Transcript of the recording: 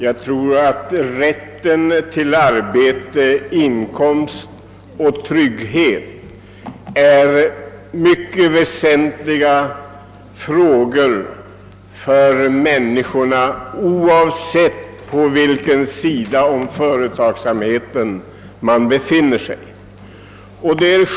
Herr talman! Rätten till arbete, inkomst och trygghet är mycket väsentlig för människorna oavsett på vilken sida av företagsamheten de befinner sig.